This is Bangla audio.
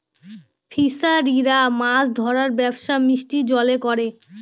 ফিসারিরা মাছ ধরার ব্যবসা মিষ্টি জলে করে